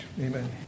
Amen